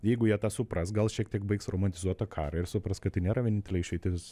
jeigu jie tą supras gal šiek tiek baigs romantizuot tą karą ir supras kad tai nėra vienintelė išeitis